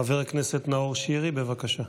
חבר הכנסת נאור שירי, בבקשה.